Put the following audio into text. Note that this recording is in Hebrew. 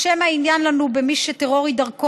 או שמא עניין לנו במי שטרור הוא דרכו